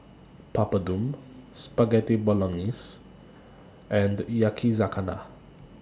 Papadum Spaghetti Bolognese and Yakizakana